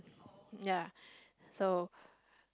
ya so